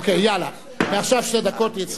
יאללה, מעכשיו שתי דקות.